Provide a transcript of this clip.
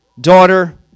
daughter